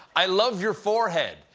i love your forehead.